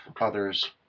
others